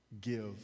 give